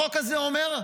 החוק הזה אומר: